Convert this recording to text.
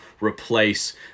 replace